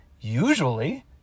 Usually